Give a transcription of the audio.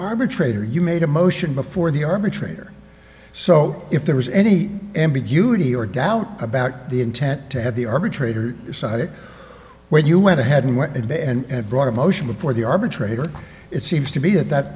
arbitrator you made a motion before the arbitrator so if there was any ambiguity or doubt about the intent to have the arbitrator when you went ahead and brought a motion before the arbitrator it seems to be that